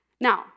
Now